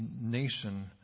nation